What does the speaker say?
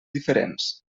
diferents